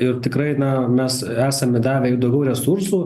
ir tikrai na mes esame davę ir daugiau resursų